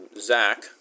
Zach